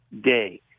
day